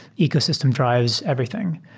ecosystem dr ives everything,